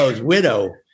widow